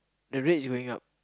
the rate's going up